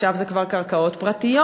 עכשיו זה כבר קרקעות פרטיות.